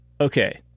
okay